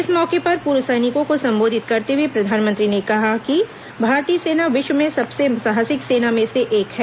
इस मौके पर पूर्व सैनिकों को संबोधित करते हुए प्रधानमंत्री ने कहा कि भारतीय सेना विश्व में सबसे साहसिक सेना में से एक है